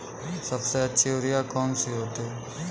सबसे अच्छी यूरिया कौन सी होती है?